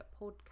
podcast